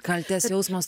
kaltės jausmas